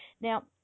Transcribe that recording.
now